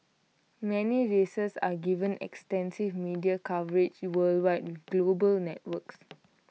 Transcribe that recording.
many races are given extensive media coverage worldwide with global networks